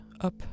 up